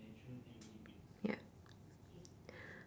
ya